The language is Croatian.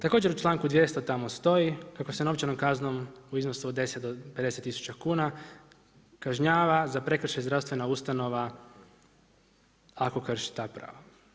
Također u članku 200. tamo stoji kako se novčanom kaznom u iznosu od 10 do 50000 kuna kažnjava za prekršaj zdravstvena ustanova ako krši ta prava.